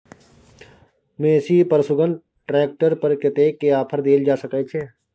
Massey Ferguson tractor पर कतेक के ऑफर देल जा सकै छै?